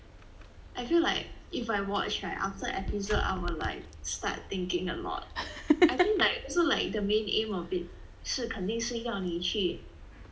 I feel like if I watch right after episode I will like start thinking a lot I think like also like the main aim of it 是肯定是要你去